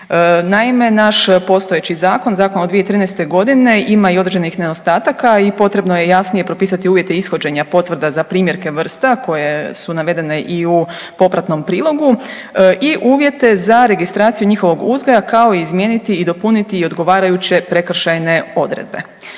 Naime, naš postojeći zakon, zakon od 2013. godine ima i određenih nedostataka i potrebno je jasnije propisati uvjete ishođenja potvrda za primjerke vrsta koje su navedene i u popratnom prilogu i uvjete za registraciju njihovog uzgoja kao i izmijeniti i dopuniti i odgovarajuće prekršajne odredbe.